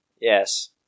Yes